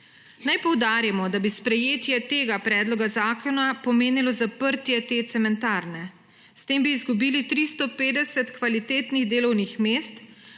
Naj poudarimo, da bi sprejetje tega predloga zakona pomenilo zaprtje te cementarne, s tem bi izgubili 350 kvalitetnih delovnih mest,